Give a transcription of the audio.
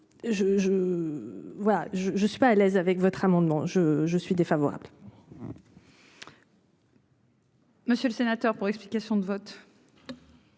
je je suis pas à l'aise avec votre amendement je je suis défavorable. Monsieur le sénateur, pour. Explications de vote.